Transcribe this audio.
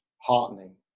heartening